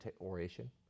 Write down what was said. oration